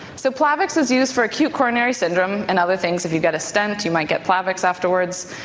so plavix is used for acute coronary syndrome and other things. if you get a stent you might get plavix afterwards.